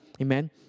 Amen